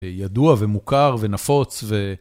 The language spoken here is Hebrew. ידוע ומוכר ונפוץ ו...